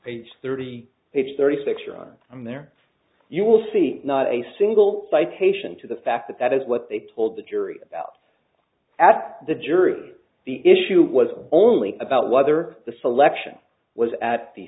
page thirty page thirty six year on i'm there you will see not a single citation to the fact that that is what they told the jury at the jury the issue was only about whether the selection was at the